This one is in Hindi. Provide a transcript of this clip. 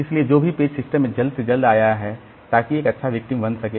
इसलिए जो भी पेज सिस्टम में जल्द से जल्द आया है ताकि एक अच्छा विक्टिम बन सके